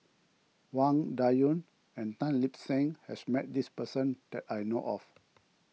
Wang Dayuan and Tan Lip Seng has met this person that I know of